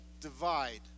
divide